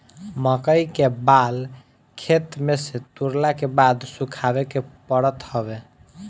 मकई के बाल खेते में से तुरला के बाद सुखावे के पड़त हवे